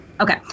Okay